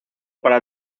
para